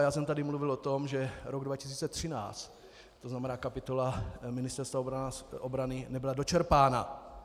Já jsem tady mluvil o tom, že rok 2013, to znamená kapitola Ministerstva obrany nebyla dočerpána.